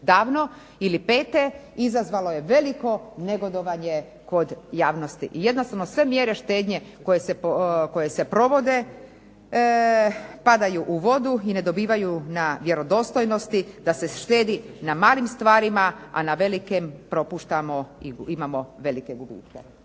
davno ili '05. izazvalo je veliko negodovanje kod javnosti. I jednostavno sve mjere štednje koje se provode padaju u vodu i ne dobivaju na vjerodostojnosti da se štedi na malim stvarima, a na velikim propuštamo i imamo velike gubitke.